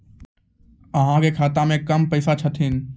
अहाँ के खाता मे कम पैसा छथिन?